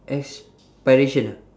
aspirations